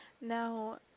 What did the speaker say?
Now